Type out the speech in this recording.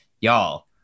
y'all